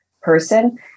person